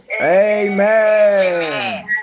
amen